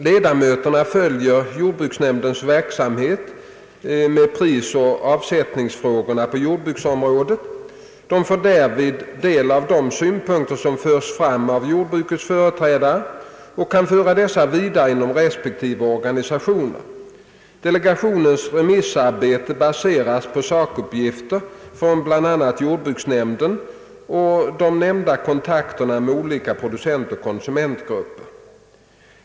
Ledamöterna följer jordbruksnämndens verksamhet med prisoch avsättningsfrågor på jordbruksområdet. De får därvid del av de synpunkter som förs fram av jordbrukets företrädare och kan föra dessa vidare inom resp. organisation. Delegationens remissarbete baseras på sakuppgifter från bl.a. jordbruksnämnden och de nämnda kontakterna med olika producentoch konsumentgrupper.